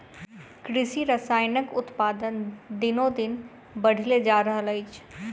कृषि रसायनक उत्पादन दिनोदिन बढ़ले जा रहल अछि